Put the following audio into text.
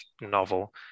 novel